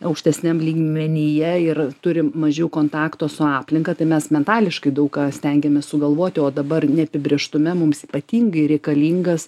aukštesniam lygmenyje ir turim mažiau kontakto su aplinka tai mes mentališkai daug ką stengiamės sugalvoti o dabar neapibrėžtume mums ypatingai reikalingas